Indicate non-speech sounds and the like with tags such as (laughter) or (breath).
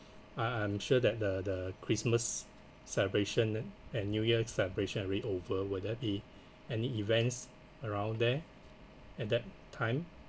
uh I'm sure that the the christmas celebration and new year celebration already over will there be (breath) any events around there at that time